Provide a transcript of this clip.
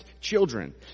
children